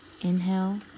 Inhale